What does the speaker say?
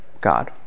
God